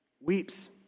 Weeps